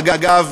אגב,